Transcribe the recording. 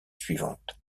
suivantes